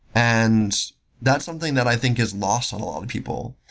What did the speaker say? and that's something that i think is lost on a lot of people,